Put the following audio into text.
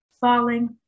falling